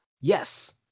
Yes